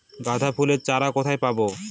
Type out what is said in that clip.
গাঁদা ফুলের চারা কোথায় পাবো?